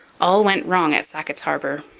all went wrong at sackett's harbour.